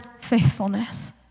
faithfulness